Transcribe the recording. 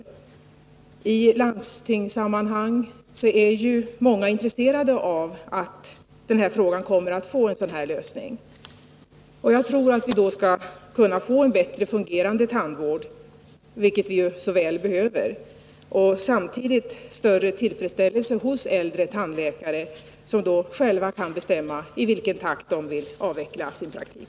Också i landstingssammanhang är många intresserade av att frågan skulie kunna få en sådan lösning. Jag tror att vi på så sätt skulle kunna få en bättre fungerande tandvård — vilket vi så väl behöver — samtidigt som vi skulle kunna skapa större tillfredsställelse för äldre tandläkare genom att de själva kan bestämma i vilken takt de vill avveckla sin praktik.